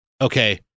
okay